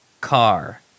car